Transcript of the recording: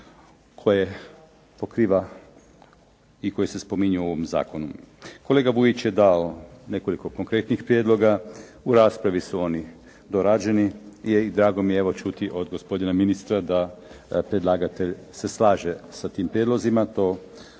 koje pokriva i koji se spominju u ovom zakonu. Kolega Vujić je dao nekoliko konkretnih prijedloga. U raspravi su oni dorađeni i drago mi je evo čuti od gospodina ministra da predlagatelj se slaže sa tim prijedlozima. To